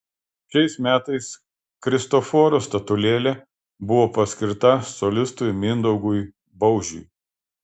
šiais metais kristoforo statulėlė buvo paskirta solistui mindaugui baužiui